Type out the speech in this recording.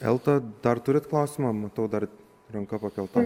elta dar turit klausimą matau dar ranka pakelta